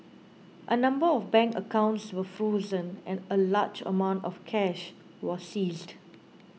a number of bank accounts were frozen and a large amount of cash were seized